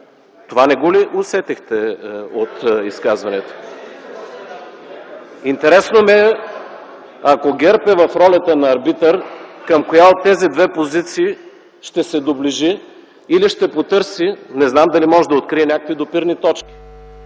това от изказванията? (Оживление.) Интересно ми е, ако ГЕРБ е в ролята на арбитър, към коя от тези две позиции ще се доближи, или ще потърси, не знам дали може да открие някакви допирни точки.